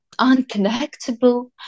unconnectable